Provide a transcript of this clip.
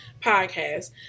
podcast